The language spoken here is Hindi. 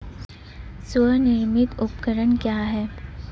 स्वनिर्मित उपकरण क्या है?